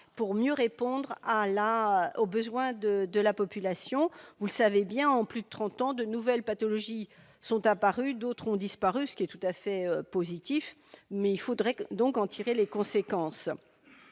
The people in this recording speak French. pour mieux répondre aux besoins de la population. Vous le savez, en plus de trente ans, de nouvelles pathologies sont apparues, d'autres ont disparu, ce qui est tout à fait positif ; il faudrait donc en tirer les conséquences.